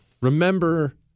remember